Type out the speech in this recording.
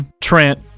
Trent